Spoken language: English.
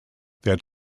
that